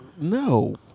No